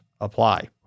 apply